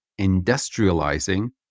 industrializing